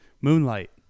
Moonlight